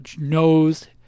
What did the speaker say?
knows